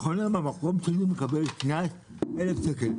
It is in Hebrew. חונה במקום שלי מקבל קנס 1,000 שקל.